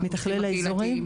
המתכלל האזורי.